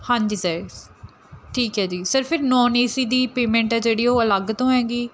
ਹਾਂਜੀ ਸਰ ਠੀਕ ਹੈ ਜੀ ਸਰ ਫਿਰ ਨੋਨ ਏ ਸੀ ਦੀ ਪੇਮੈਂਟ ਹੈ ਜਿਹੜੀ ਉਹ ਅਲੱਗ ਤੋਂ ਹੈਗੀ